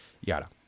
Yada